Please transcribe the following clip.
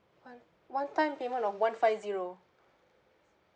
one one time payment of one five zero